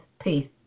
peace